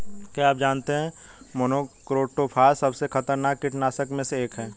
क्या आप जानते है मोनोक्रोटोफॉस सबसे खतरनाक कीटनाशक में से एक है?